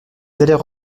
allaient